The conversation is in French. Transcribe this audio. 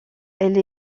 elle